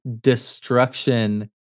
destruction